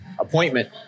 appointment